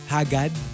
Hagad